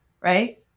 Right